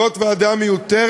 זאת ועדה מיותרת,